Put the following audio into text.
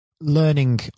learning